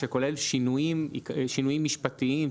שכולל שינויים משפטיים,